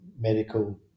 medical